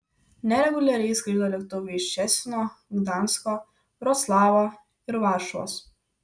nereguliariai skraido lėktuvai iš ščecino gdansko vroclavo ir varšuvos